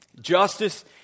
justice